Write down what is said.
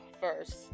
first